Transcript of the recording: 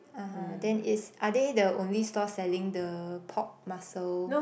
(uh huh) then is are they the only store selling the pork muscle